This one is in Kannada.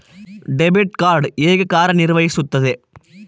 ಡೆಬಿಟ್ ಕಾರ್ಡ್ ಹೇಗೆ ಕಾರ್ಯನಿರ್ವಹಿಸುತ್ತದೆ?